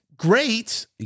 great